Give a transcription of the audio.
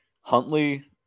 Huntley